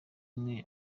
umwe